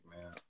man